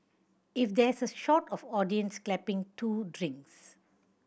if there's a shot of audience clapping two drinks